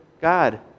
god